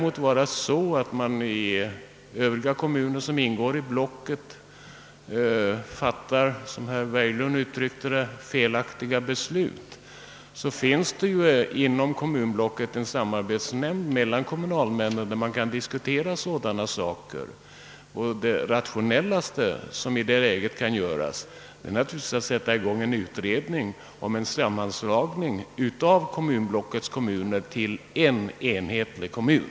Och skulle man i övriga kommuner som ingår i blocket fatta beslut om, som herr Berglund uttryckte det, felaktiga investeringar, så kan väl kommunalmännen diskutera sådana saker i den samarbetsnämnd som finns inom kommunblocket. Det mest rationella som kan göras i det läget är naturligtvis att starta en utredning om en sammanslagning av kommunblocket: kommuner till en enhetlig kommun.